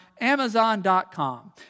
Amazon.com